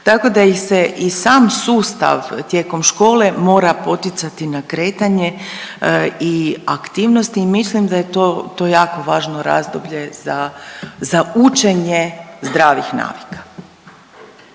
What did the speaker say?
Tako da ih se i sam sustav tijekom škole mora poticati na kretanje i aktivnosti i mislim da je to, to jako važno razdoblje za, za učenje zdravih navika.